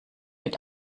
mit